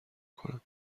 کنم